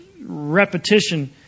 repetition